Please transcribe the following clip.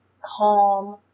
calm